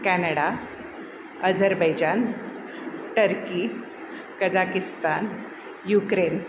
Canada Azerbaijan turkey Kazakhstan Ukraine